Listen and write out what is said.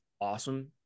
awesome